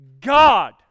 God